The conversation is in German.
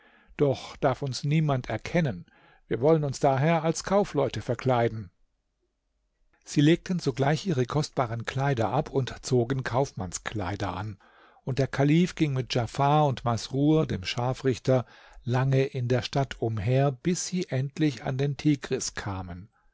doch darf uns niemand erkennen wir wollen uns daher als kaufleute verkleiden sie legten sogleich ihre kostbaren kleider ab und zogen kaufmannskleider an und der kalif ging mit djafar und masrur dem scharfrichter lange in der stadt umher bis sie endlich an den tigris kamen